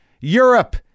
Europe